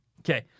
Okay